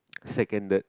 seconded